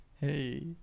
Hey